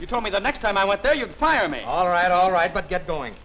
you told me the next time i went there you fire me all right all right but get going